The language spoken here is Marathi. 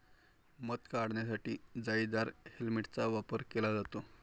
मध काढण्यासाठी जाळीदार हेल्मेटचा वापर केला जातो